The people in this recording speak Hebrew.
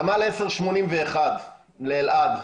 תמ"ל/1081 לאלעד,